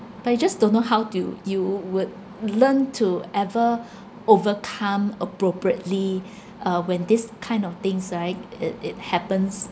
but I just don't know how to you would learn to ever overcome appropriately uh when these kind of things right it it happens